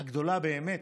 הגדולה באמת,